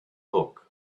book